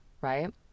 right